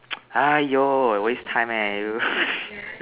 !haiyo! waste time eh you